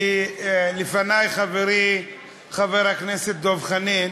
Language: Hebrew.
כי לפני, חברי חבר הכנסת דב חנין